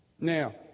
Now